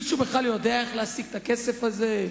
מישהו בכלל יודע איך להשיג את הכסף הזה?